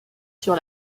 sur